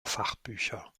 fachbücher